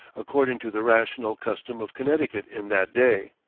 according to the rational custom of connecticut in that day.